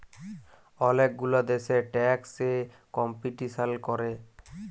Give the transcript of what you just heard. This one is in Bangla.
ওলেক গুলা দ্যাশে ট্যাক্স এ কম্পিটিশাল ক্যরে